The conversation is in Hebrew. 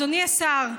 אדוני השר,